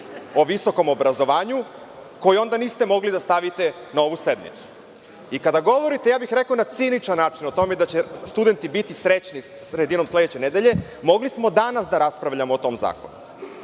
o visokom obrazovanju koji onda niste mogli da stavite na ovu sednicu. Kada govorite, ja bih rekao na ciničan način, o tome da će studenti biti srećni sredinom sledeće nedelje, mogli smo danas da raspravljamo o tom zakonu